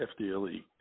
FDLE